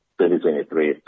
2023